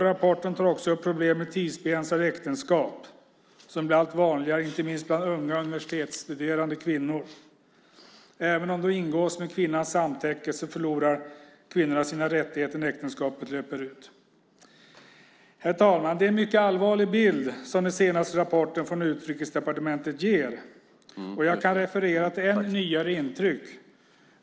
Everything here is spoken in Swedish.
I rapporten tas också upp problemet med tidsbegränsade äktenskap som blivit allt vanligare främst bland unga universitetsstuderande kvinnor. Även om de ingås med kvinnans samtycke förlorar kvinnorna sina rättigheter när äktenskapet löper ut. Herr talman! Det är en mycket allvarlig bild som den senaste rapporten från Utrikesdepartementet ger. Jag kan referera till än nyare intryck.